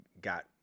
got